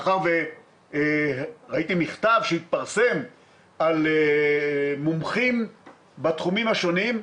ראיתי מכתב שהתפרסם ממומחים בתחומים השונים,